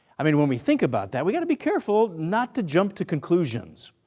i mean when we think about that we've got to be careful not to jump to conclusions.